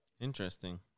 Interesting